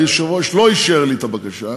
היושב-ראש לא אישר לי את הבקשה.